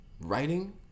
writing